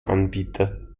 anbieter